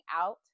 out